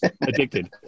Addicted